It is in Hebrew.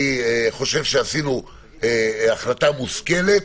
אני חושב שעשינו החלטה מושכלת.